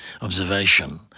observation